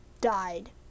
died